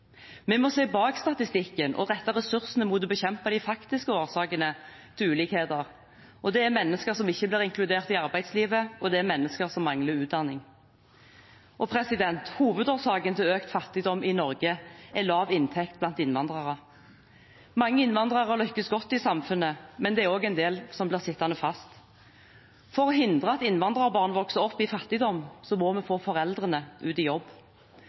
Vi må se bak statistikken og rette ressursene mot å bekjempe de faktiske årsakene til ulikheter, og det er mennesker som ikke blir inkludert i arbeidslivet, og det er mennesker som mangler utdanning. Hovedårsaken til økt fattigdom i Norge er lav inntekt blant innvandrere. Mange innvandrere lykkes godt i samfunnet, men det er også en del som blir sittende fast. For å hindre at innvandrerbarn vokser opp i fattigdom, må vi få foreldrene ut i jobb.